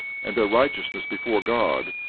and their righteousness before god,